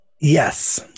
Yes